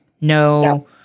No